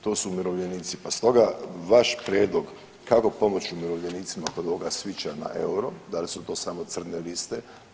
To su umirovljenici, pa stoga vaš prijedlog kako pomoći umirovljenicima kod ovoga SWITCH-a na euro, da li su to samo crne liste.